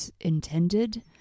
intended